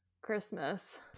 Christmas